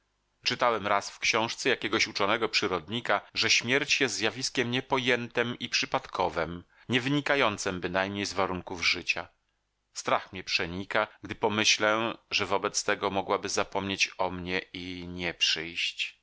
czytałem raz w książce jakiegoś uczonego przyrodnika że śmierć jest zjawiskiem niepojętem i przypadkowem nie wynikającem bynajmniej z warunków życia strach mnie przenika gdy pomyślę że wobec tego mogłaby zapomnieć o mnie i nie przyjść